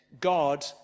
God